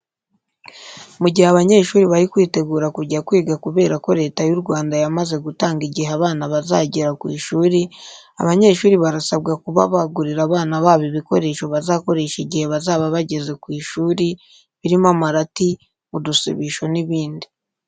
Mu gihe abanyeshuri bari kwitegura kujya kwiga kubera ko Leta y'u Rwanda yamaze gutangaza igihe abana bazagira ku ishuri, ababyeyi barasabwa kuba bagurira abana babo ibikoresho bazakoresha igihe bazaba bageze ku ishuri birimo amarati, udusibisho n'ibindi.